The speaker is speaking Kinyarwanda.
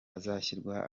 hazashyirwa